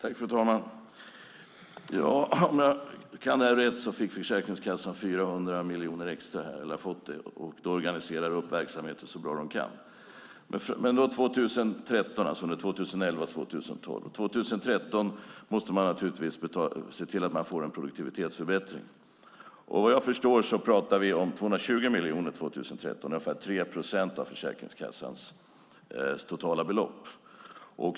Fru talman! Om jag kan det här rätt har Försäkringskassan fått 400 miljoner extra 2011 och 2012 och då organiserar verksamheten så bra man kan. 2013 måste man naturligtvis se till att man får en produktivitetsförbättring. Vad jag förstår pratar vi om 220 miljoner 2013, ungefär 3 procent av Försäkringskassans totala belopp.